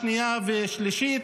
שנייה ושלישית,